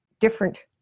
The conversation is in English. different